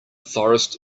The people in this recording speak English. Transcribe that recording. forest